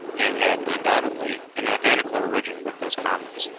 and had undoubtedly an identical origin with those comets.